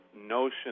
notion